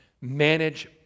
manage